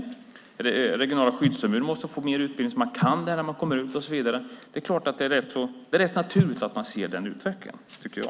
De regionala skyddsombuden måste få mer utbildning så att de kan det här när de kommer ut. Det är rätt naturligt att man ser den utvecklingen, tycker jag.